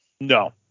No